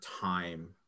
time